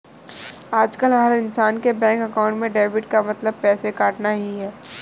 आजकल हर इन्सान के बैंक अकाउंट में डेबिट का मतलब पैसे कटना ही है